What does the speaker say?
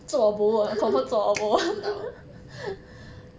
不知道